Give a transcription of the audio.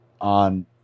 on